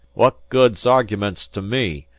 what good is arguments to me?